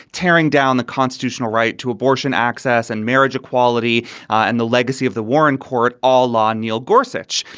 tearing down the constitutional right to abortion access and marriage equality and the legacy of the warren court all law. neal gorsuch,